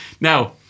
Now